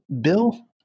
Bill